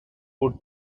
put